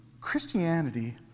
Christianity